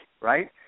right